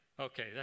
Okay